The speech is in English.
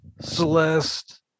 Celeste